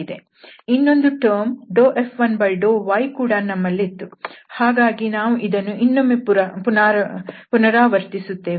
ಇನ್ನೊಂದು term F1∂y ಕೂಡ ನಮ್ಮಲ್ಲಿತ್ತು ಹಾಗಾಗಿ ನಾವು ಇದನ್ನು ಇನ್ನೊಮ್ಮೆ ಪುನರಾವರ್ತಿಸುತ್ತೇವೆ